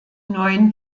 neun